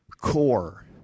core